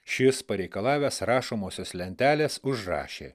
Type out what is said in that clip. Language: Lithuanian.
šis pareikalavęs rašomosios lentelės užrašė